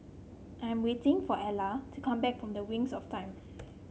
I am waiting for Elva to come back from Wings of Time